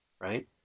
right